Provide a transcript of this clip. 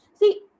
see